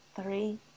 Three